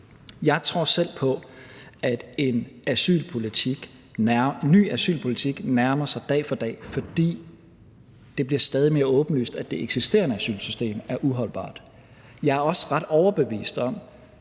Jeg tror selv på, at en ny asylpolitik nærmer sig dag for dag, fordi det bliver stadig mere åbenlyst, at det eksisterende asylsystem er uholdbart. Jeg er også ret overbevist om,